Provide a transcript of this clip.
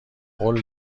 قول